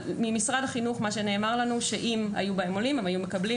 ממשרד החינוך נאמר כי אם היו בהם עולים - הם היו מקבלים,